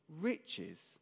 riches